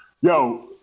Yo